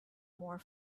more